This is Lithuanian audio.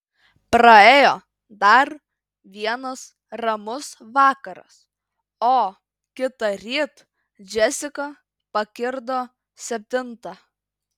praėjo dar vienas ramus vakaras o kitąryt džesika pakirdo septintą